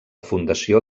fundació